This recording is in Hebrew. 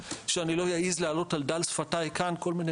שאני לא אעז להעלות על דל שפתיי כאן כל מיני